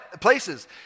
places